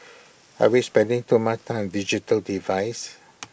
are we spending too much time digital devices